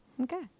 Okay